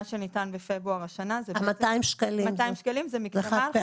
מה שניתן בפברואר השנה, 200 שקלים זה מקדמה.